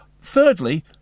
Thirdly